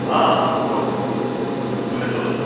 অঁ কওকচোন কোনে ক'লে